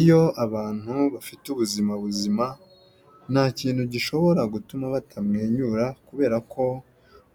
Iyo abantu bafite ubuzima buzima, nta kintu gishobora gutuma batamwenyura kubera ko